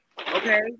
okay